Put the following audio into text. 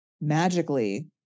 magically